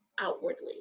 outwardly